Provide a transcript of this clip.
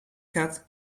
gaat